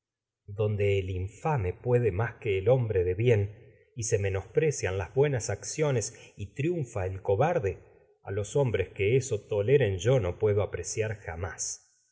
donde se el puede que el hombre de bien y menosprecian las bue a nas acciones triunfa el cobarde los hombres que eso asi que la pedre toleren yo no puedo apreciar en jamás